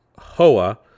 Hoa